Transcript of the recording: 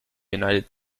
united